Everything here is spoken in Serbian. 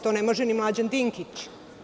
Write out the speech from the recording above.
To ne može ni Mlađan Dinkić.